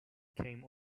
came